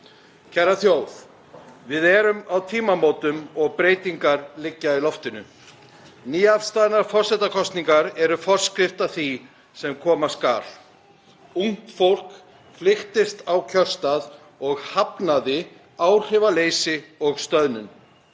Kæra þjóð. Við erum á tímamótum og breytingar liggja í loftinu. Nýafstaðnar forsetakosningar eru forskrift að því sem koma skal. Ungt fólk flykktist á kjörstað og hafnaði áhrifaleysi og stöðnun.